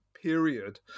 period